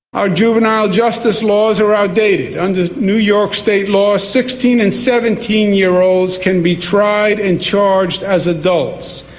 our juvenile justice laws are outdated. under new york state law, sixteen and seventeen year olds can be tried and charged as adults.